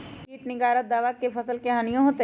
किट निवारक दावा से फसल के हानियों होतै?